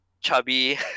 chubby